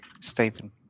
Stephen